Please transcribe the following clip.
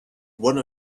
one